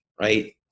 right